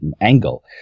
angle